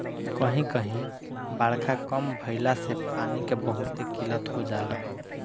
कही कही बारखा कम भईला से पानी के बहुते किल्लत हो जाला